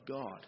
God